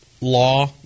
law